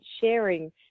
sharing